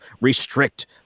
restrict